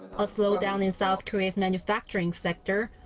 a slowdown in south korea's manufacturing sector.